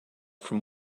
from